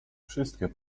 wszystkie